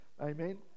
Amen